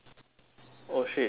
oh shit then how